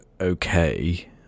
okay